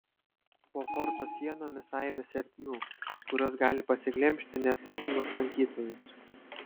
po forto sienomis aibės ertmių kurios gali pasiglemžti neatsakingus lankytojus